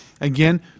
Again